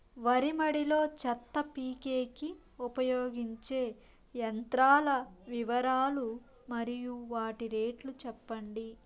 వరి మడి లో చెత్త పీకేకి ఉపయోగించే యంత్రాల వివరాలు మరియు వాటి రేట్లు చెప్పండి?